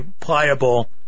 pliable